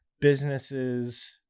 businesses